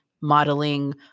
modeling